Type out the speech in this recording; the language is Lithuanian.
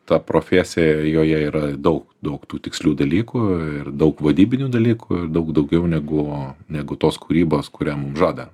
ta profesija joje yra daug daug tų tikslių dalykų ir daug vadybinių dalykų daug daugiau negu negu tos kūrybos kurią mum žada